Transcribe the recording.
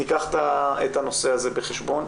ניקח את הנושא הזה בחשבון.